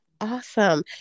Awesome